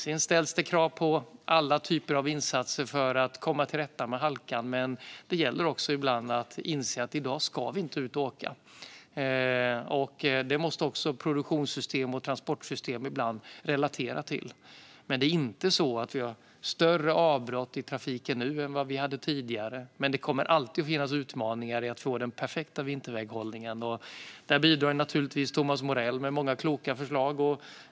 Det ställs krav på alla typer av insatser för att komma till rätta med halkan, men det gäller också att ibland inse att i dag ska vi inte ut och åka. Det måste även produktions och transportsystem ibland relatera till. Vi har inte större avbrott i trafiken nu än tidigare, men det kommer alltid att finnas utmaningar när det gäller att få den perfekta vinterväghållningen. Där bidrar naturligtvis Thomas Morell med många kloka förslag.